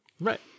Right